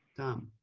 tom.